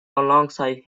alongside